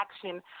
action